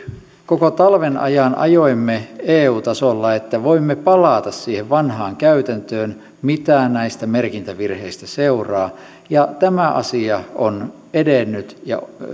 koko talven ajan ajoimme eu tasolla sitä että voimme palata siihen vanhaan käytäntöön mitä näistä merkintävirheistä seuraa tämä asia on edennyt ja